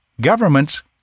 governments